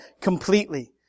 completely